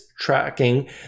tracking